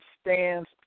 stands